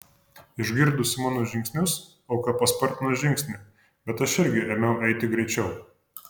išgirdusi mano žingsnius auka paspartino žingsnį bet aš irgi ėmiau eiti greičiau